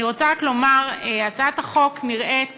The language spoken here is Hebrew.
אני רק רוצה לומר שהצעת החוק נראית